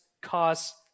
cause